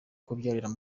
kubyarira